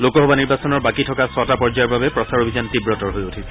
লোকসভা নিৰ্বাচনৰ বাকী থকা ছটা পৰ্যায়ৰ বাবে প্ৰচাৰ অভিযান তীৱতৰ হৈ উঠিছে